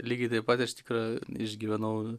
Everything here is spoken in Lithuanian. lygiai taip pat iš tikro išgyvenau